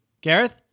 Gareth